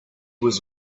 was